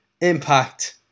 Impact